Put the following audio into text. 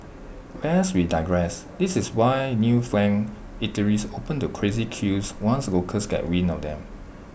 lest we digress this is why newfangled eateries open to crazy queues once locals get wind of them